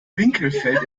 winkelfeld